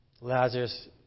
Lazarus